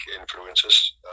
influences